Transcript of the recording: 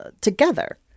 together